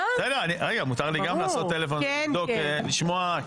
מותר לי גם לעשות טלפון ולבדוק, לשמוע?